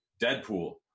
Deadpool